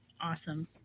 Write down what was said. Awesome